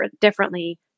differently